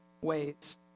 ways